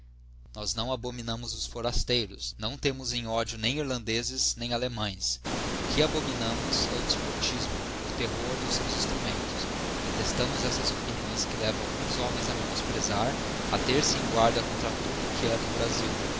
nós não abominamos os forasteiros não temos em ódio nem irlandezes nem allemães o que abominamos é o despotismo o terror e os seus instrumentos detestamos essas opiniões que levam alguns homens a menosprezar a ter-se em guarda contra tudo o que é do brasil